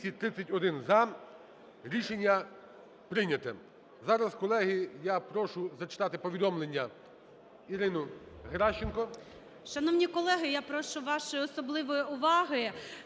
Зараз, колеги, я прошу зачитати повідомлення Ірину Геращенко.